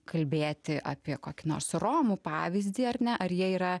kalbėti apie kokį nors romų pavyzdį ar ne ar jie yra